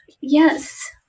Yes